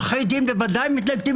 עורכי דין ודאי מתנגדים,